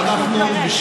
אנחנו,